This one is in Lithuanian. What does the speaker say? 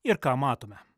ir ką matome